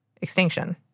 extinction